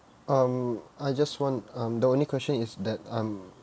um I just want um the only question is that I'm